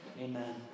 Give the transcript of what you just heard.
amen